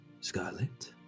Scarlet